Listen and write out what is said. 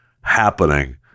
happening